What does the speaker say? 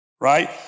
Right